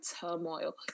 turmoil